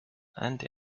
anti